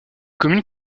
communes